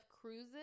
Cruises